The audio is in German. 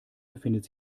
befindet